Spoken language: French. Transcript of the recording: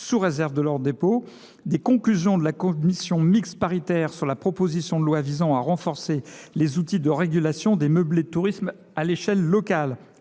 sous réserve de leur dépôt, des conclusions de la commission mixte paritaire sur la proposition de loi visant à renforcer les outils de régulation des meublés de tourisme à l’échelle locale.